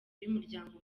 y’umuryango